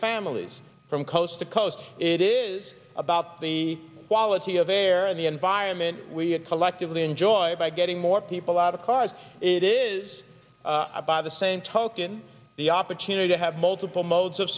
families from coast to coast it is about the quality of air and the environment we collectively enjoy by getting more people out of cars it is by the same token the opportunity to have multiple modes of